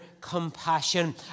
compassion